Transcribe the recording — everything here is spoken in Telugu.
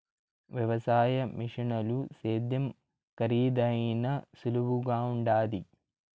వ్యవసాయ మిషనుల సేద్యం కరీదైనా సులువుగుండాది